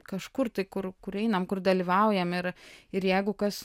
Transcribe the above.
kažkur tai kur kur einam kur dalyvaujam ir ir jeigu kas